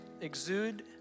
exude